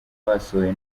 basohoye